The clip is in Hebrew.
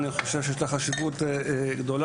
אני חושב שיש לה חשיבות גדולה,